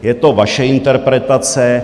Je to vaše interpretace.